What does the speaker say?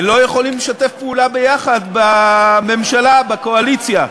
לא יכולים לשתף פעולה יחד בממשלה, בקואליציה.